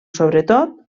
sobretot